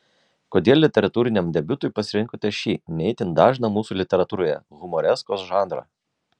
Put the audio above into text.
kodėl literatūriniam debiutui pasirinkote šį ne itin dažną mūsų literatūroje humoreskos žanrą